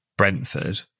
Brentford